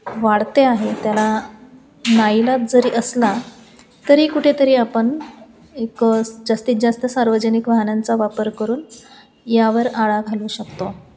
वाढते आहे त्याला नाईलाज जरी असला तरी कुठेतरी आपण एक जास्तीत जास्त सार्वजनिक वाहनांचा वापर करून यावर आळा घालू शकतो